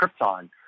Krypton